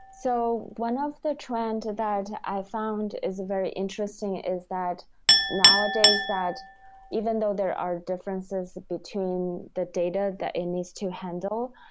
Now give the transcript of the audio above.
so one of the trend that i found is very interesting, is that nowadays, that even though there are differences between the data that it needs to handle,